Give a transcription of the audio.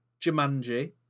Jumanji